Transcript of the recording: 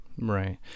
Right